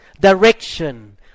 direction